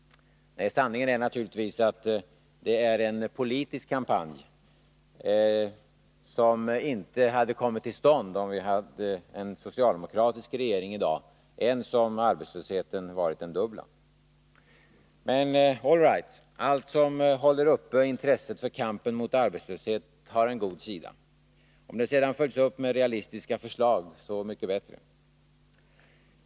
Nej, sanningen är naturligtvis att det är en politisk kampanj, som inte skulle ha kommit till stånd om vi i dag haft en socialdemokratisk regering, ens om arbetslösheten varit den dubbla. Men all right. Allt som håller uppe kampen mot arbetslösheten har en god sida. Om det sedan följs upp med realistiska förslag, så mycket bättre.